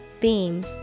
Beam